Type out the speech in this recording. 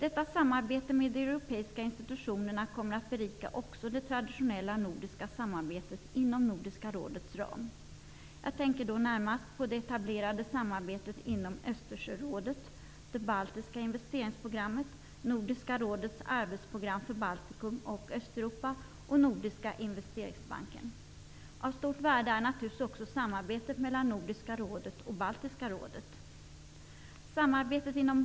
Ett samarbete med de europeiska institutionerna kommer att berika också det traditionella nordiska samarbetet inom Nordiska rådets ram. Jag tänker närmast på det etablerade samarbetet inom Östersjörådet, på det baltiska investeringsprogrammet, på Nordiska rådets arbetsprogram för Baltikum och Östeuropa och på Nordiska investeringsbanken. Av stort värde är naturligtvis också samarbetet mellan Nordiska rådet och Baltiska rådet.